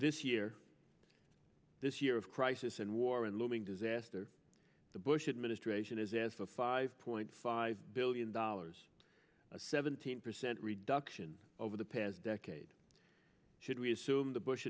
this year this year of crisis and war and looming disaster the bush administration has asked for five point five billion dollars a seventeen percent reduction over the past decade should we assume the bush